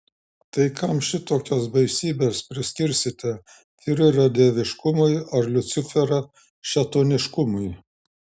tai kam šitokias baisybes priskirsite fiurerio dieviškumui ar liuciferio šėtoniškumui